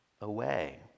away